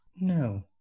no